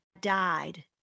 died